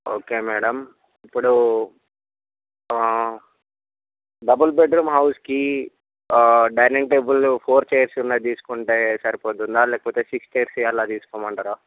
okay madam ఇప్పుడు double bedroom హౌస్కి dining table four chairs ఉన్నవి తీసుకుంటే సరిపోతుందా లేకపోతే సిక్స్ చైర్స్వి అలా తీసుకోమంటరా